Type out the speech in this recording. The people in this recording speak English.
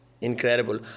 Incredible